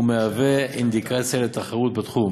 והוא מהווה אינדיקציה לתחרות בתחום.